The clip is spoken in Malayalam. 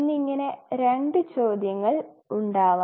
എന്നിങ്ങനെ 2 ചോദ്യങ്ങൾ ഉണ്ടാവാം